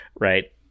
right